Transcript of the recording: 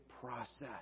process